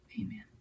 amen